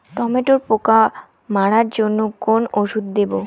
টমেটোর পোকা মারার জন্য কোন ওষুধ দেব?